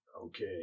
Okay